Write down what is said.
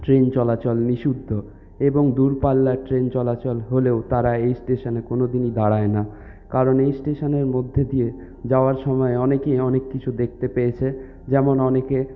train চলাচন নিষিদ্ধ এবং দূর পাল্লার ট্রেন চলাচল হলেও তারা এই স্টেশানে কোনোদিনই দাঁড়ায় না কারণ এই স্টেশানের মধ্যে দিয়ে যাওয়ার সময় অনেকেই অনেক কিছু দেখতে পেয়েছে যেমন অনেকে